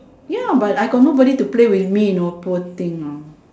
ya but I got nobody to play with me you know poor thing hor